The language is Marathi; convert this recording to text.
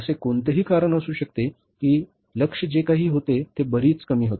असे कोणतेही कारण असू शकते की लक्ष्य जे काही होते ते बरेच कमी होते